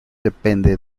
depende